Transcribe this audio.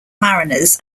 mariners